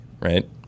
right